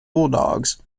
bulldogs